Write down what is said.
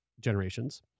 generations